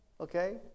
okay